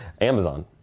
Amazon